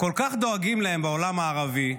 כל כך דואגים להם בעולם הערבי,